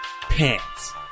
pants